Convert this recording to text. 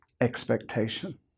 expectation